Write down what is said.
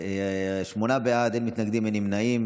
שמונה בעד, אין מתנגדים ואין נמנעים.